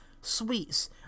sweets